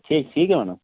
ठीक ठीक है मैडम